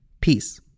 peace